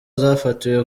zafatiwe